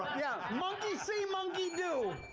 yeah, monkey see, monkey do.